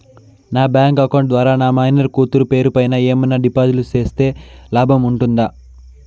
నా bank account ద్వారా నా మైనర్ కూతురు పేరు పైన ఏమన్నా డిపాజిట్లు సేస్తే లాభం ఉంటుందా?